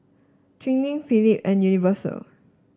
Twining Philip and Universal